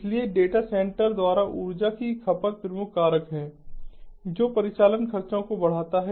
इसलिए data centre द्वारा ऊर्जा की खपत प्रमुख कारक है जो परिचालन खर्चों को बढ़ाता है